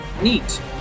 Neat